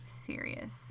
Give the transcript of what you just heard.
serious